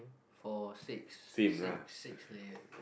four six six six layer